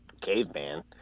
caveman